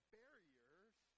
barriers